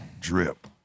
Drip